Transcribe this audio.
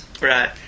Right